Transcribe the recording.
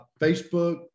Facebook